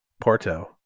porto